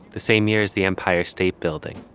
the same year as the empire state building.